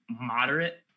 moderate